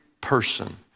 person